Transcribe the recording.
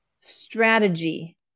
strategy